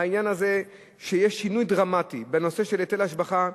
העניין הזה שיהיה שינוי דרמטי בנושא של היטל השבחה,